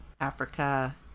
Africa